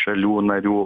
šalių narių